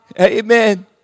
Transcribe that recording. Amen